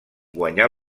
guanyar